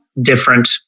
different